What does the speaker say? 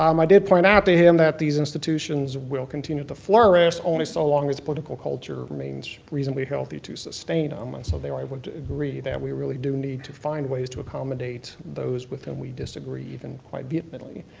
um i did point out to him that these institutions will continue to flourish only so long as political culture remains reasonably healthy to sustain them. um and so there i would agree that we really do need to find ways to accommodate those with whom we disagree even quite vehemently.